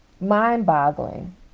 mind-boggling